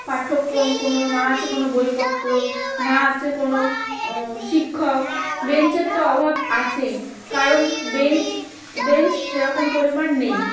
পাঠ্যক্রম কোনও না আছে কোনও বইপত্র না আছে কোনও শিক্ষক বেঞ্চের তো অভাব আছেই কারণ বেঞ্চ বেঞ্চ সেরকম পরিমাণ নেই